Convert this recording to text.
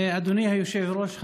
אדוני היושב-ראש,